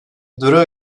durağı